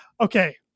okay